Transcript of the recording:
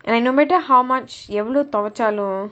and I no matter how much எவ்ளோ துவைச்சாலும்:evalo thuvaitchaalum